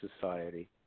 society